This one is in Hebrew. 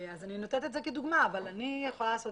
אני נותנת את זה כדוגמה אבל אני יכולה לעשות